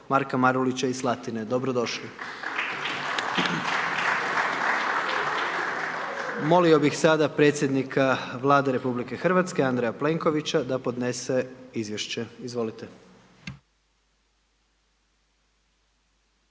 Marka Marulića iz Slatine, dobrodošli. …/Pljesak./… Molio vi sada predsjednika Vlade Republike Hrvatske Andreja Plenkovića da podnese izvješće, izvolite.